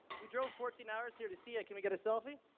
we drove fourteen hours here to see you, can we get a selfie?